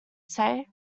say